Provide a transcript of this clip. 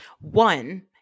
One